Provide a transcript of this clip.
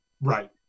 Right